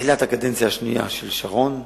בתחילת הקדנציה השנייה של שרון,